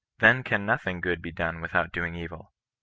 then can nothing good be done with out doing evil.